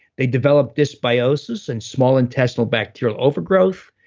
they develop dysbiosis and small intestinal bacterial overgrowth,